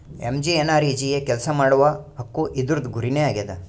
MGNREGA ಕೆಲ್ಸಾ ಮಾಡುವ ಹಕ್ಕು ಇದೂರ್ದು ಗುರಿ ನೇ ಆಗ್ಯದ